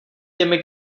těmi